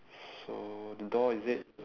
so the door is it